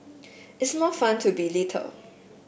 it's more fun to be little